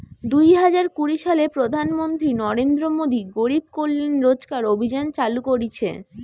দুই হাজার কুড়ি সালে প্রধান মন্ত্রী নরেন্দ্র মোদী গরিব কল্যাণ রোজগার অভিযান চালু করিছে